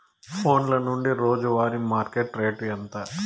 ఫోన్ల నుండి రోజు వారి మార్కెట్ రేటు ఎంత?